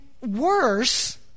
worse